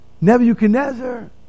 Nebuchadnezzar